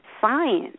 science